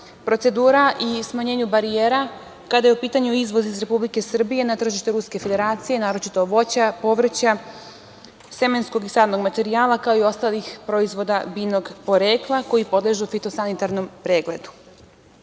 procedura i smanjenju barijera kada je u pitanju izvoz iz Republike Srbije na tržište Ruske Federacije, naročito voća, povrća, semenskog i sadnog materijala, kao i ostalih proizvoda biljnog porekla koji podležu fitosanitarnom pregledu. Želim